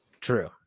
True